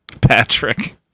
Patrick